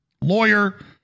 lawyer